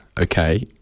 okay